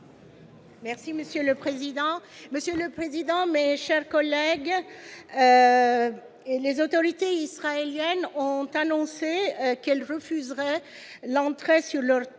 Merci monsieur le président, Monsieur le Président mais chers collègues bien et les autorités israéliennes ont annoncé qu'elles refuseraient l'entrée sur leur territoire